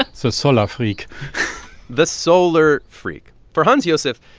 ah so solar freak the solar freak. for hans-josef,